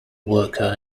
worker